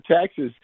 Texas